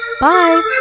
Bye